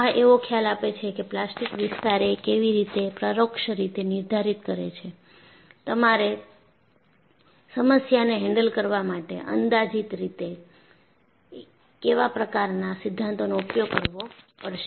આ એવો ખ્યાલ આપે છે કે પ્લાસ્ટિક વિસ્તારએ કેવી રીતે પરોક્ષ રીતે નિર્ધારિત કરે છે તમારે સમસ્યાને હેન્ડલ કરવા માટે અંદાજીત રીતે કેવા પ્રકારના સિદ્ધાંતનો ઉપયોગ કરવો પડશે